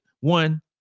one